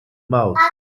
mouth